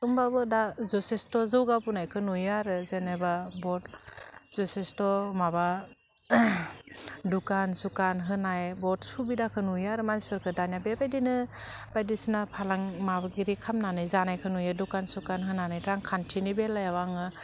होमबाबो दा जसेस्थ' जौगाबोनायखौ नुयो आरो जेनेबा बहुत जसेस्थ' माबा दुखान सुखान होनाय बहुत सुबिदाखौ नुयो आरो मानसिफोरखौ दानिया बेबायदिनो बायदिसिना माबागिरि खालामनानै जानायखौ नुयो दखान सुखान होनानै रांखान्थिनि बेलायाव आङो